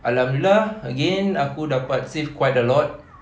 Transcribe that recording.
alhamdulillah again aku dapat save quite a lot